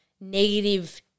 negative